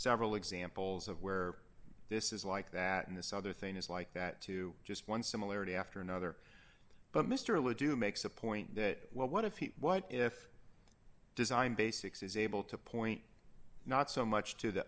several examples of where this is like that and this other thing is like that too just one similarity after another but mr le doux makes a point that well what if he what if design basics is able to point not so much to the